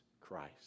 Christ